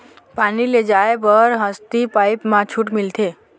पानी ले जाय बर हसती पाइप मा छूट मिलथे?